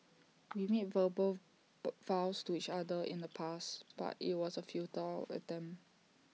we made verbal vows to each other in the past but IT was A futile attempt